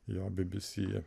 jo bbc